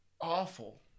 awful